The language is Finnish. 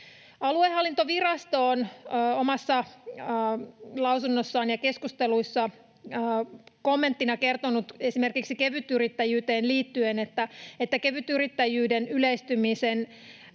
Aluehallintovirasto on omassa lausunnossaan ja keskusteluissa kommenttina kertonut esimerkiksi kevytyrittäjyyteen liittyen, että kevytyrittäjyyden yleistymisen